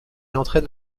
entraîne